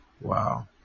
wow